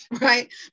right